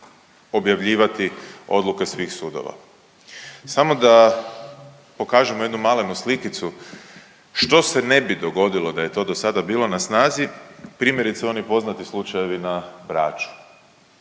objavljivati odluke svih sudova. Samo da pokažemo jednu malenu slikicu što se ne bi dogodilo da je to do sada bilo na snazi. Primjerice oni poznati slučajevi na Braču.